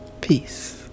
peace